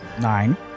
nine